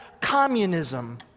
communism